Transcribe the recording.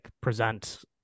present